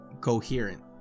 coherent